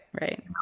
right